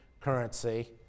currency